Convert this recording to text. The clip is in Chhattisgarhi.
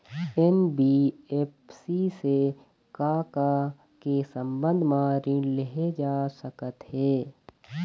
एन.बी.एफ.सी से का का के संबंध म ऋण लेहे जा सकत हे?